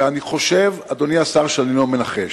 ואני חושב, אדוני השר, שאני לא מנחש: